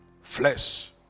Flesh